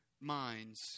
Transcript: minds